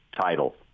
title